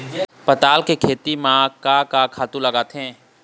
पताल के खेती म का का खातू लागथे?